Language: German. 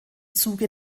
zuge